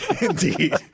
Indeed